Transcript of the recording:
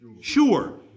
Sure